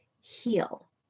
heal